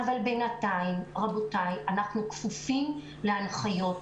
אבל בינתיים, רבותיי, אנחנו כפופים להנחיות.